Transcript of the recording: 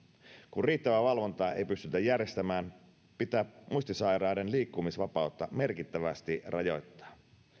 kun riittävää valvontaa ei pystytä järjestämään pitää muistisairaiden liikkumisvapautta merkittävästi rajoittaa